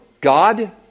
God